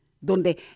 donde